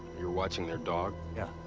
you're watching their dog? yeah.